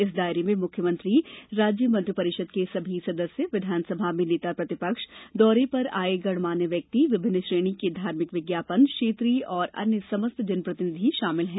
इस दायरे में मुख्यमंत्री राज्य मंत्रिपरिषद के सभी सदस्य विधानसभा में नेता प्रतिपक्ष दौरे पर आये गणमान्य व्यक्ति विभिन्न श्रेणी के धार्मिक विज्ञापन क्षेत्रीय और अन्य समस्त जनप्रतिनिधि शामिल हैं